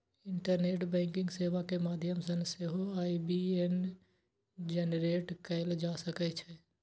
internet banking सेवा के माध्यम सं सेहो आई.बी.ए.एन जेनरेट कैल जा सकै छै